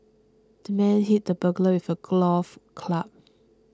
the man hit the burglar with a golf club